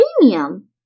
premium